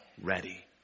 ready